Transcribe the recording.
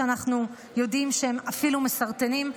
שאנחנו יודעים שהם אפילו מסרטנים,